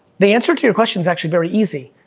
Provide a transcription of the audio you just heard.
the answer to your question's actually very easy,